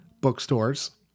bookstores